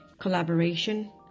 collaboration